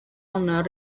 honor